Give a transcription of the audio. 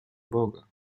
boga